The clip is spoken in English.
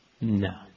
No